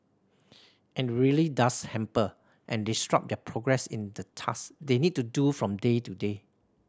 and really does hamper and disrupt their progress in the task they need to do from day to day